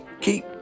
keep